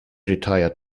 retired